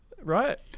right